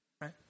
Right